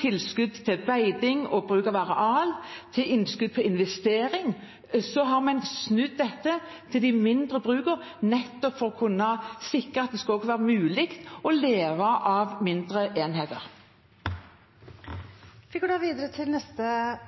tilskudd til beiting og bruk av areal og tilskudd til investering. Vi har snudd dette til de mindre brukene nettopp for å sikre at det skal kunne være mulig å leve av mindre enheter. Vi går til neste